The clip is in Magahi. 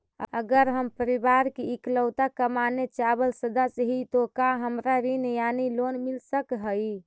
अगर हम परिवार के इकलौता कमाने चावल सदस्य ही तो का हमरा ऋण यानी लोन मिल सक हई?